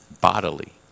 bodily